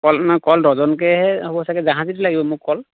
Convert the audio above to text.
কল কল ডজনকে হে হ'ব চাগে জাহাজীটো লাগিব মোক কল